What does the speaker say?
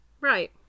right